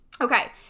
Okay